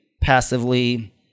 passively